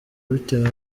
bitewe